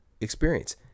experience